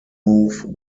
move